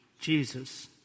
Jesus